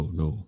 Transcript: no